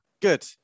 good